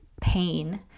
pain